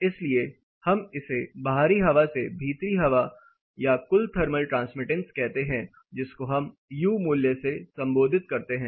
इसलिए हम इसे बाहरी हवा से भीतरी हवा या कुल थर्मल ट्रांसमिटेंस कहते हैं जिसको हम U मूल्य से संबोधित करते हैं